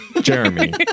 Jeremy